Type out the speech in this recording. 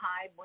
hi